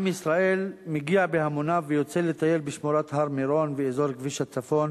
עם ישראל מגיע בהמוניו ויוצא לטייל בשמורת הר-מירון ואזור כביש הצפון